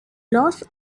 loss